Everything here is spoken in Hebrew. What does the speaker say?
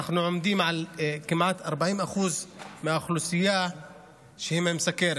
אנחנו עומדים על כמעט 40% מהאוכלוסייה שהיא עם סוכרת,